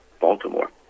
Baltimore